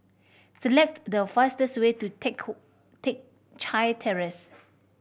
select the fastest way to Teck Teck Chye Terrace